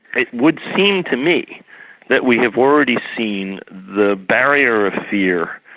it would seem to me that we have already seen the barrier of fear,